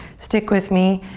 stick with me,